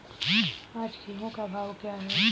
आज गेहूँ का भाव क्या है?